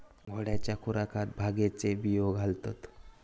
घोड्यांच्या खुराकात भांगेचे बियो घालतत